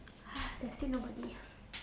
there's still nobody